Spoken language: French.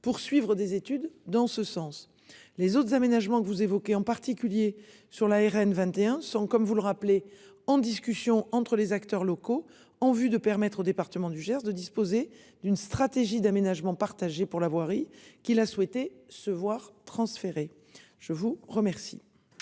poursuivre des études dans ce sens. Les autres aménagements que vous évoquez en particulier sur la RN 21 sont, comme vous le rappelez en discussion entre les acteurs locaux en vue de permettre au département du Gers, de disposer d'une stratégie d'aménagement partagé pour la voirie qui l'a souhaité se voir transférer je vous remercie.